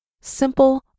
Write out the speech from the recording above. simple